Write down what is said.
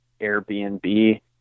Airbnb